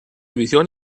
visión